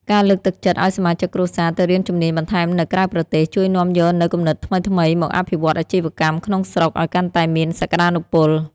ការលើកទឹកចិត្តឱ្យសមាជិកគ្រួសារទៅរៀនជំនាញបន្ថែមនៅក្រៅប្រទេស ជួយនាំយកនូវគំនិតថ្មីៗមកអភិវឌ្ឍអាជីវកម្មក្នុងស្រុកឱ្យកាន់តែមានសក្ដានុពល។